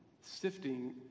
sifting